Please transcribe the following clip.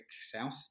South